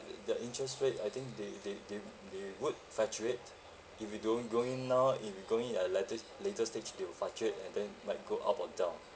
uh their interest rate I think they they they they would fluctuate if you don't go in now if you go in at latter later stage they will fluctuate and then like go up or down